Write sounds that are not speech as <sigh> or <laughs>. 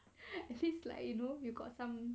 <laughs> actually it's like you know got some